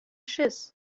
schiss